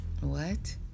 What